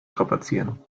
strapazieren